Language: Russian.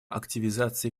активизации